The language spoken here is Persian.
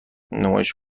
نمایش